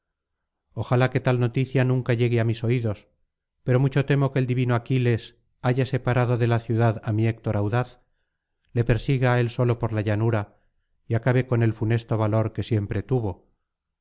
ojalá que tal noticia nunca llegue á mis oídos pero mucho temo que el divino aquiles haya separado de la ciudad á mi héctor audaz le persiga á él solo por la llanura y acabe con el funesto valor que siempre tuvo